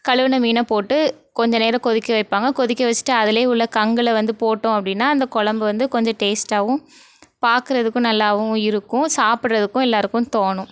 கழுவுன மீனை போட்டு கொஞ்ச நேரம் கொதிக்க வைப்பாங்க கொதிக்க வச்சுட்டு அதிலே உள்ள கங்கில் வந்து போட்டோம் அப்படின்னா அந்த கொழம்பு வந்து கொஞ்சம் டேஸ்ட்டாகவும் பார்க்குறதுக்கு நல்லாவும் இருக்கும் சாப்பிறதுக்கும் எல்லாேருக்கும் தோணும்